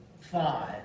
five